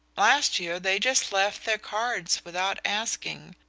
last year they just left their cards without asking.